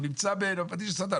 הוא נמצא בין הפטיש לסדן.